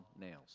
nails